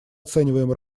оцениваем